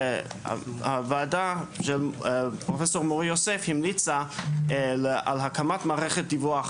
הוועדה של פרופ' מור-יוסף המליצה על הקמת מערכת דיווח,